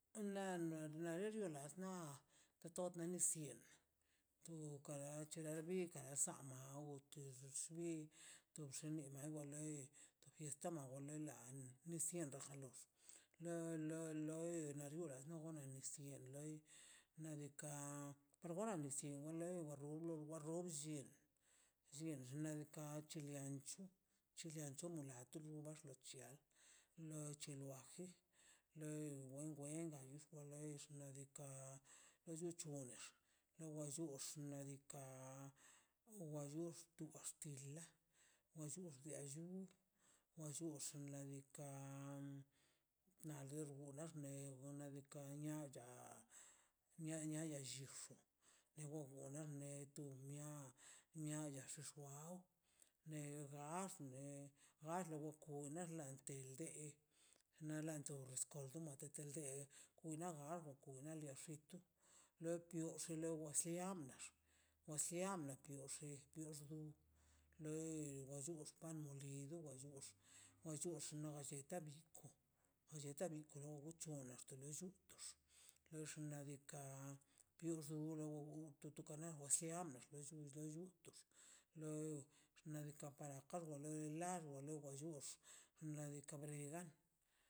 La- la to kara che bi kara sama o ki to xemi loi fiesta ni sienda jalos la- la loi xnaꞌ diikaꞌ wa wre nis yin wa rrublo wa rrub llin llin xnaꞌ diikaꞌ chile ancho no lato tu lu lo chi loa loi low wengan nis kwan lei xnaꞌ diikaꞌ en chi chonxnei wa llux xne diikaꞌ wa chox tu axtila wa chox wa llin wa chox xnaꞌ diikaꞌ xnaꞌ diikaꞌ de won wojan neto mia mia xallich miau ne gaxt ne gall- lə go kune lall del tin ḻeꞌ anto waxko ni escondete kwi na agaku lia xitu le tiox amlax o si amla da kioxe lo bachiox pan molido bachiox chox no galleta galleta bin koro xnaꞌ diikaꞌ bioxo lao to to konejwas te amblox lo xnaꞌ diikaꞌ para kargo largo ba chon llux xnaꞌ diikaꞌ blenga.